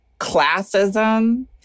classism